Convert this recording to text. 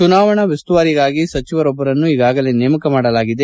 ಚುನಾವಣೆ ಉಸ್ತುವಾರಿಗಾಗಿ ಸಚಿವರೊಬ್ಬರನ್ನು ಈಗಾಗಲೇ ನೇಮಕ ಮಾಡಲಾಗಿದೆ